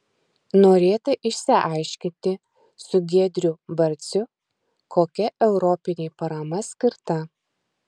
norėta išsiaiškinti su giedriu barciu kokia europinė parama skirta